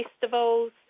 festivals